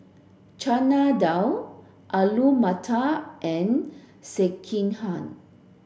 Chana Dal Alu Matar and Sekihan